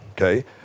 okay